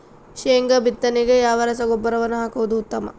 ಶೇಂಗಾ ಬಿತ್ತನೆಗೆ ಯಾವ ರಸಗೊಬ್ಬರವನ್ನು ಹಾಕುವುದು ಉತ್ತಮ?